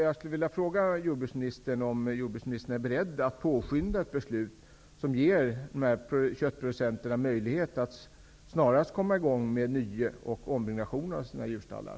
Jag skulle vilja fråga jordbruksministern om han är beredd att påskynda ett beslut som ger köttproducenterna möjlighet att snarast komma i gång med ny och ombyggnation av djurstallar.